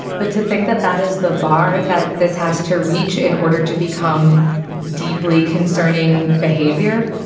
but to think that that is the bar that this has to reach in order to become deeply concerning behavior.